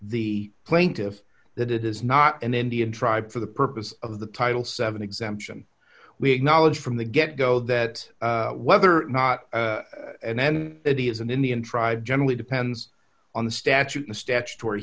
the plaintiff that it is not an indian tribe for the purpose of the title seven exemption we acknowledge from the get go that whether or not and then it is an indian tribe generally depends on the statute and statutory